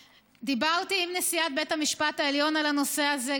דיברתי עם נשיאת בית המשפט העליון על הנושא הזה.